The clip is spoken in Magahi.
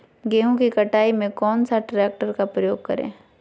गेंहू की कटाई में कौन सा ट्रैक्टर का प्रयोग करें?